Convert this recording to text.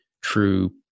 true